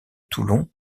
toulon